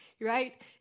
right